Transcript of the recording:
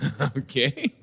Okay